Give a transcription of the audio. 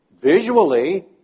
visually